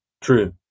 true